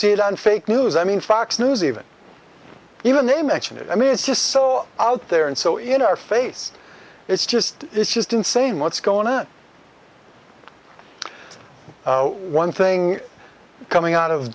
see it on fake news i mean fox news even even they mention it i mean it's just so out there and so in our face it's just it's just insane what's going on one thing coming out of